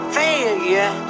failure